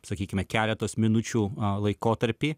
sakykime keletos minučių laikotarpį